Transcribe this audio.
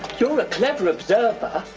you're a clever observer.